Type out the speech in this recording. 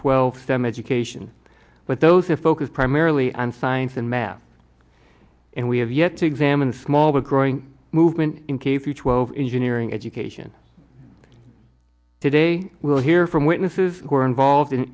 twelve stem education but those are focused primarily on science and math and we have yet to examine the small but growing movement in k p twelve engineering education today we'll hear from witnesses who are involved in